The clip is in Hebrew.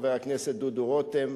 חבר הכנסת דודו רותם,